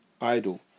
idle